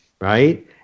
right